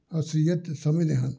ਅਸਲੀਅਤ ਸਮਝਦੇ ਹਨ